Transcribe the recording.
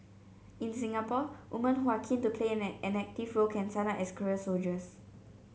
in Singapore woman who are keen to play an act an active role can sign up as career soldiers